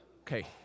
Okay